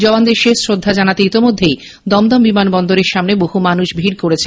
জওয়ানদের শেষ শ্রদ্ধা জানাতে ইতিমধ্যেই দমদম বিমানবন্দরের সামনে বহু মানুষ ভিড় করেছেন